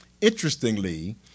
Interestingly